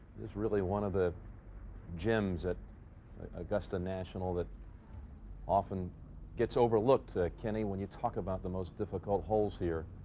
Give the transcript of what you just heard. this really one of the gems at augusta national that often gets overlooked. kenny, when you talk about the most difficult holes here.